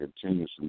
continuously